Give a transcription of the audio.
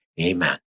Amen